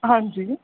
ਹਾਂਜੀ